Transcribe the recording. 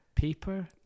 paper